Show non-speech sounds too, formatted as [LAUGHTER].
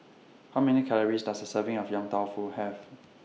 How Many Calories Does A Serving of Yong Tau Foo Have [NOISE]